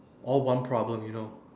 all one problem you know